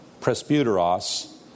presbyteros